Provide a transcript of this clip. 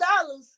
dollars